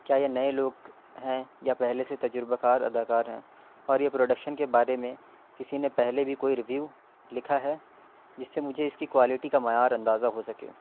کیا یہ نئے لوگ ہیں یا پہلے سے تجربہ کار اداکار ہیں اور یہ پروڈکشن کے بارے میں کسی نے پہلے بھی کوئی ریویو لکھا ہے جس سے مجھے اس کی کوالٹی کا معیار اندازہ ہو سکے